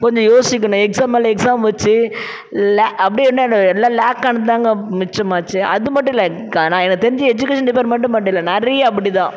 கொஞ்சம் யோசிக்கணும் எக்ஸாம் மேலே எக்ஸாம் வச்சி லே அப்படியே என்ன எல்லா லேக் ஆனதுதாங்க மிச்சமாச்சு அது மட்டும் இல்லை எனக்கு தெரிஞ்சு எஜுகேஷன் டிபார்ட்மெண்ட் மட்டுல்லை நிறையா அப்படிதான்